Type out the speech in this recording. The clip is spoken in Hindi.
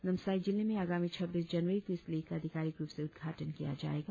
नामसाई जिले में आगामी छब्बीस जनवरी को इस लीग का अधिकारिक रुप से उद्घाटन किया जाएगा